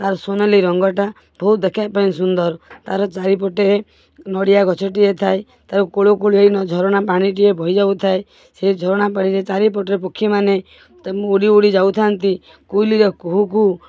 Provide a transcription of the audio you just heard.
ତାର ସୁନେଲି ରଙ୍ଗଟା ବହୁତ ଦେଖିବା ପାଇଁ ସୁନ୍ଦର ତାର ଚାରିପଟେ ନଡ଼ିଆ ଗଛଟିଏ ଥାଏ ତାକୁ କୁଳୁକୁଳୁ ହେଇ ନ ଝରଣା ପାଣିଟିଏ ବହି ଯାଉଥାଏ ସେଇ ଝରଣା ପାଣିରେ ଚାରିପଟରେ ପକ୍ଷୀମାନେ ତମୁ ଉଡ଼ି ଉଡ଼ି ଯାଉଥାନ୍ତି କୋଇଲିର କୁହୁ କୁହୁ